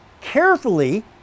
carefully